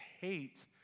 hate